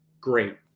Great